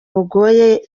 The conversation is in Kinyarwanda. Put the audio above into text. bugoye